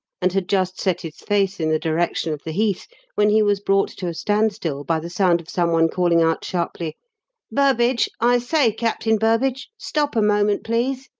and had just set his face in the direction of the heath when he was brought to a standstill by the sound of someone calling out sharply burbage i say, captain burbage stop a moment, please.